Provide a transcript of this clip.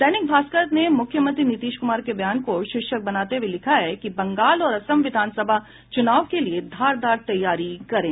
दैनिक भास्कर ने मुख्यमंत्री नीतीश कुमार के बयान को शीर्षक बनाते हुये लिखा है बंगाल और असम विधानसभा चुनाव के लिए धारदार तैयारी करे